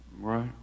right